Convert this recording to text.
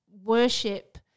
Worship